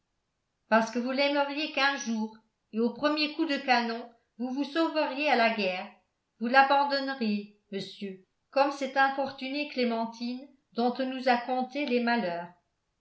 parce que vous l'aimeriez quinze jours et au premier coup de canon vous vous sauveriez à la guerre vous l'abandonneriez monsieur comme cette infortunée clémentine dont on nous a conté les malheurs